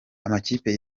amakipe